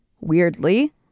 weirdly